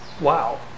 wow